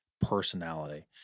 personality